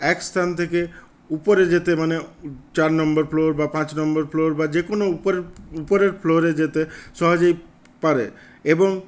এক স্থান থেকে উপরে যেতে মানে চার নম্বর ফ্লোর বা পাঁচ নম্বর ফ্লোর বা যে কোনো উপরের ফ্লোরে যেতে সহজেই পারে এবং